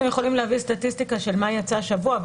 אנחנו יכולים להביא סטטיסטיקה של מה יצא השבוע.